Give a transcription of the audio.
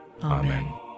Amen